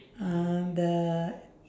uh the